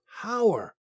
power